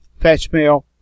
FetchMail